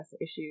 issues